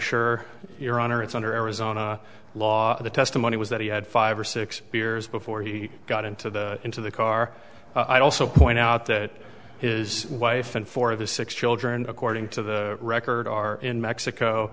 honor it's under arizona law the testimony was that he had five or six beers before he got into the into the car i also point out that is wife and four of the six children according to the record are in mexico